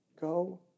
Go